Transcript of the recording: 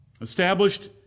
established